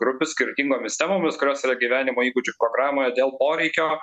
grupių skirtingomis temomis kurios yra gyvenimo įgūdžių programoje dėl poreikio